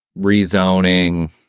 rezoning